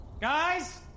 Guys